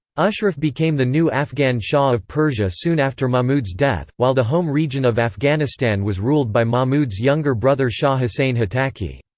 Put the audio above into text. ashraf became the new afghan shah of persia soon after mahmud's death, while the home region of afghanistan was ruled by mahmud's younger brother shah hussain hotaki.